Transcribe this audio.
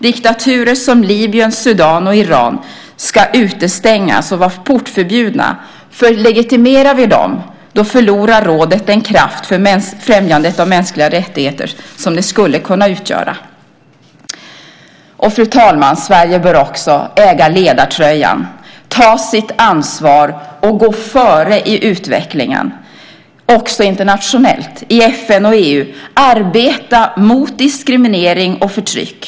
Diktaturer som Libyen, Sudan och Iran ska utestängas och vara portförbjudna. Om vi legitimerar dem förlorar rådet den kraft för främjandet av mänskliga rättigheter som det skulle kunna ha. Fru talman! Sverige bör också äga ledartröjan, ta sitt ansvar och gå före i utvecklingen internationellt och i FN och EU arbeta mot diskriminering och förtryck.